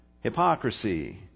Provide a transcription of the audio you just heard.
hypocrisy